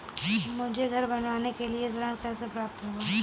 मुझे घर बनवाने के लिए ऋण कैसे प्राप्त होगा?